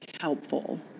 helpful